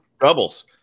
Doubles